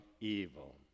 evil